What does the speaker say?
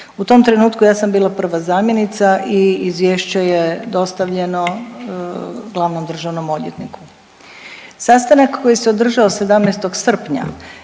U tom trenutku ja sam bila prva zamjenica i izvješće je dostavljeno glavnom državnom odvjetniku. Sastanak koji se održao 17. srpnja